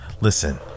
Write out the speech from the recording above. listen